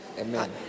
amen